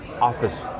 office